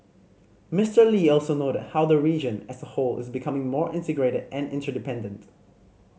Mister Lee also noted how the region as a whole is becoming more integrated and interdependent